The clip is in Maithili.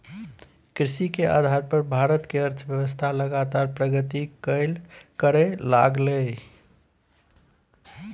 कृषि के आधार पर भारत के अर्थव्यवस्था लगातार प्रगति करइ लागलइ